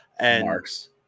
Marks